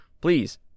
please